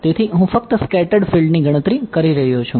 તેથી હું ફક્ત સ્કેટર્ડ ફિલ્ડની ગણતરી કરી રહ્યો છું